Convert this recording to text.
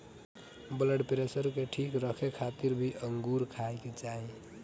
blood pressure के ठीक रखे खातिर भी अंगूर खाए के चाही